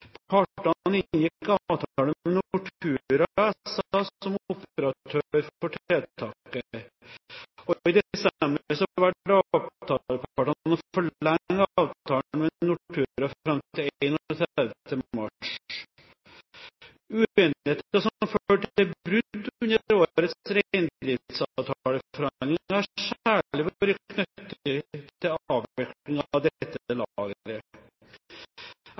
Partene inngikk avtale med Nortura SA som operatør for tiltaket. I desember valgte avtalepartene å forlenge avtalen med Nortura fram til 31. mars. Uenigheten som førte til brudd under årets reindriftsavtaleforhandlinger, har særlig vært knyttet til avviklingen av